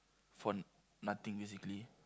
for nothing basically